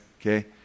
Okay